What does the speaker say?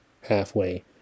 halfway